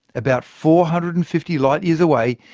about four hundred and fifty light-years away,